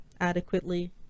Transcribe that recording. adequately